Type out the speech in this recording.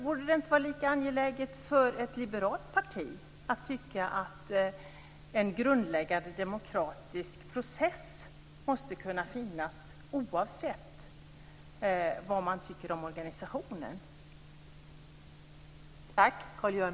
Borde det inte vara lika angeläget för ett liberalt parti att tycka att en grundläggande demokratisk process måste kunna finnas, oavsett vad man tycker om organisationen?